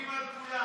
מצביעים על כולן.